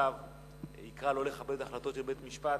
דעותיו יקרא לא לכבד החלטות של בית-משפט,